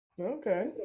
Okay